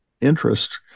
interest